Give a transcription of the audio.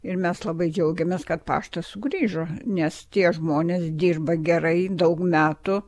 ir mes labai džiaugiamės kad paštas sugrįžo nes tie žmonės dirba gerai daug metų